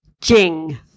Jing